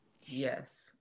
Yes